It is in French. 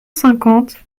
cinquante